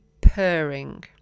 purring